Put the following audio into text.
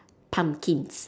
pumpkins